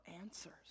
answers